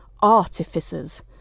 Artificers